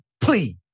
please